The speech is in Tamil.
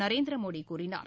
நரேந்திரமோடி கூறினார்